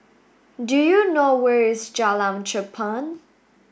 do you know where is Jalan Cherpen